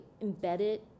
embedded